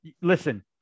listen